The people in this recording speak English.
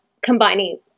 combining